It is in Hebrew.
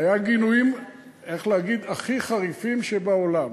היו גינויים הכי חריפים שבעולם.